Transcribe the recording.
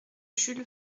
jules